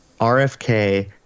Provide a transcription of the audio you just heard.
RFK